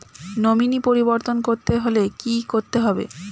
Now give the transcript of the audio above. Nominee পরিবর্তন করতে হলে কী করতে হবে?